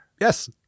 yes